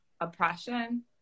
oppression